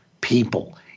people